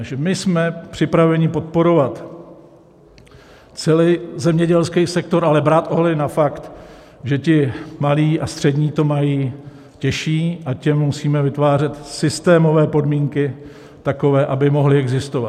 Takže my jsme připraveni podporovat celý zemědělský sektor, ale brát ohled i na fakt, že ti malí a střední to mají těžší, a těm musíme vytvářet systémové podmínky takové, aby mohli existovat.